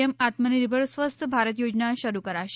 એમ આત્મનિર્ભર સ્વસ્થ ભારત યોજના શરૂ કરાશે